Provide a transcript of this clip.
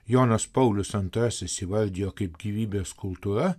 jonas paulius antrasis įvardijo kaip gyvybės kultūra